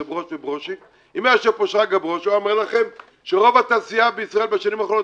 זה ברוש וברושי הוא היה אומר לכם שרוב התעשייה בישראל בשנים האחרונות